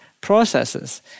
processes